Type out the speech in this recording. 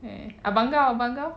abang kau abang kau